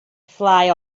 fly